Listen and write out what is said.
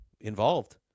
involved